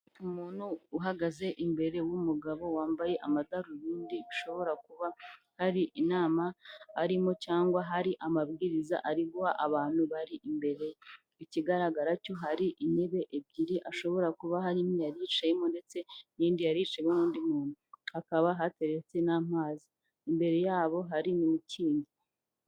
Umuntu uhagaze imbere w'umugabo wambaye amadarubindi ushobora kuba ari inama arimo cyangwa hari amabwiriza ari guha abantu bari imbere, ikigaragara cyo hari intebe ebyiri ashobora kuba hari yari yicayemo ndetse n'indi yarishemo n'undi muntu, hakaba hateretse n'amazi, imbere yabo hari n'imikindo.